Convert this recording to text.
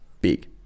big